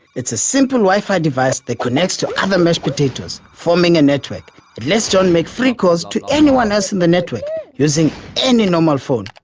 it's a simple wi-fi device that connects to other mesh potatoes, forming a network, that lets john make free calls to anyone else in the network using any normal phone.